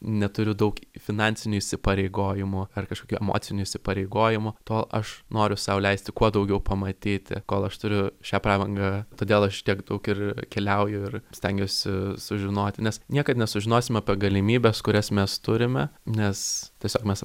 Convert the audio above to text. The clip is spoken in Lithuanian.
neturiu daug finansinių įsipareigojimų ar kažkokių emocinių įsipareigojimų to aš noriu sau leisti kuo daugiau pamatyti kol aš turiu šią prabangą todėl aš tiek daug ir keliauju ir stengiuosi sužinoti nes niekad nesužinosim apie galimybes kurias mes turime nes tiesiog mes